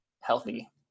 healthy